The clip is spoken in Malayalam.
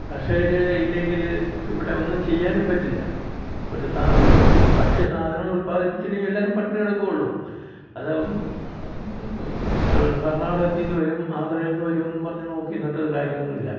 കർഷകർ ഇല്ലെങ്കിൽ ഇവിടെ ഒന്നും ചെയ്യാനും പറ്റില്ല ഒരു സാധനം ഭ ഭക്ഷ്യസാധനങ്ങൾ ഉല്പാദിപ്പിച്ചില്ലെങ്കിൽ എല്ലാവരും പട്ടിണി കിടക്കുകയേ ഉള്ളൂ അത് എവിടെ കർണാടകത്തിൽ നിന്ന് വരും ആന്ധ്രയിൽ നിന്ന് വരും എന്ന് പറഞ്ഞ് നോക്കി ഇരുന്നിട്ട് കാര്യം ഒന്നുമില്ല